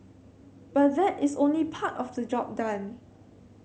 but that is only part of the job done